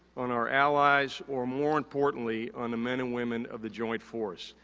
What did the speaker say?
on our allies, or more importantly, on the men and women of the joint force.